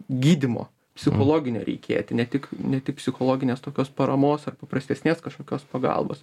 gydymo psichologinio reikėti ne tik ne tik psichologinės tokios paramos ar paprastesnės kažkokios pagalbos